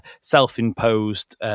self-imposed